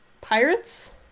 Pirates